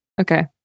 Okay